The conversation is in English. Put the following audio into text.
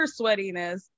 sweatiness